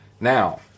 Now